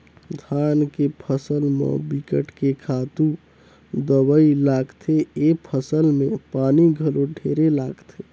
धान के फसल म बिकट के खातू दवई लागथे, ए फसल में पानी घलो ढेरे लागथे